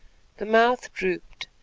the mouth drooped,